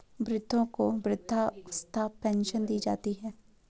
वृद्धों को वृद्धावस्था पेंशन दी जाती है